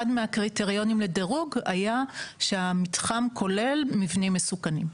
הקריטריונים בדירוג היה שהמתחם כולל מבנים מסוכנים.